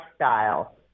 lifestyle